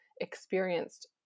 experienced